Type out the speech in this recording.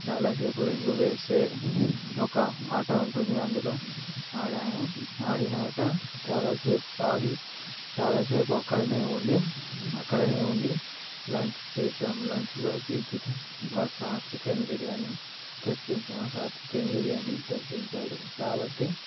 చాలాసేపు రింగు వేసే ఒక ఆట ఉంటుంది అందులో ఆడాము ఆడినాక చాలాసేపు ఆగి చాలాసేపు అక్కడనే ఉండి అక్కడనే ఉండి లంచ్ చేసాము లంచ్లోకి చికెన్ మా సార్ చికెన్ బిర్యానీ తెప్పించి మా సార్ చికెన్ బిర్యానీ తెప్పించాడు కాబట్టి